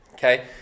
Okay